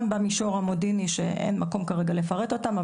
גם במישור המודיעיני שאין מקום כרגע לפרט אותם,